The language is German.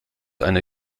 eine